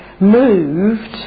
moved